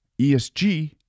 ESG